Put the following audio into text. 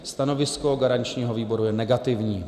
Stanovisko garančního výboru je negativní.